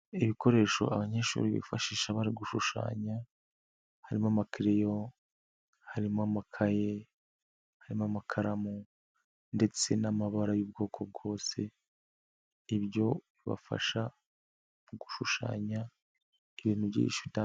Ibikoresho abanyeshuri bifashisha gushushanya, harimo amakereyo, harimo amakaye, harimo amakaramu ndetse n'amabara y'ubwoko bwose, ibyo bibafasha mu gushushanya ibintu byinshi bitandukanye.